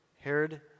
Herod